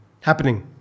happening